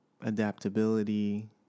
adaptability